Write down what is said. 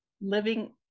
living